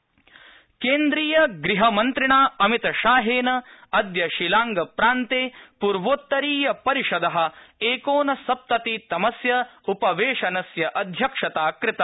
गृहमन्त्री केन्द्रीय गृहमन्त्रिणा अमितशाहेन अद्य शिलांगप्रान्ते पूर्वोत्तरीय परिषद एकोनसप्ततितमस्य उपवेशनस्य अध्यक्षता कृता